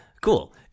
Cool